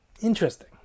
interesting